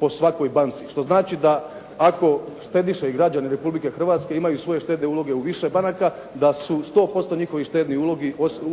po svakoj banci što znači da ako štediše i građani Republike Hrvatske imaju svoje štedne uloge u više banka da su 100% njihovi štedni